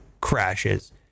crashes